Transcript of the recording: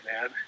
man